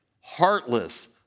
heartless